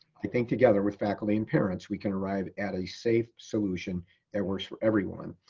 i think together with faculty and parents, we can arrive at a safe solution that works for everyone.